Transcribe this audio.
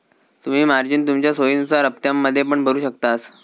तुम्ही मार्जिन तुमच्या सोयीनुसार हप्त्त्यांमध्ये पण भरु शकतास